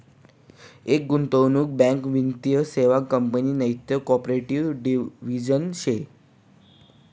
एक गुंतवणूक बँक एक वित्तीय सेवा कंपनी नैते कॉर्पोरेट डिव्हिजन शे